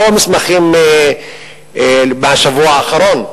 לא מסמכים מהשבוע האחרון.